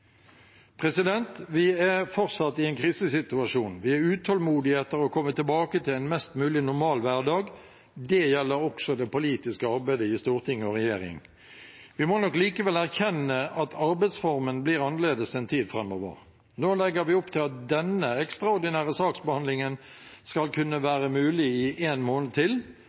Vi er fortsatt i en krisesituasjon. Vi er utålmodige etter å komme tilbake til en mest mulig normal hverdag. Det gjelder også det politiske arbeidet i storting og regjering. Vi må nok likevel erkjenne at arbeidsformen blir annerledes en tid framover. Nå legger vi opp til at denne ekstraordinære saksbehandlingen skal kunne være mulig i én måned til,